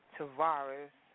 Tavares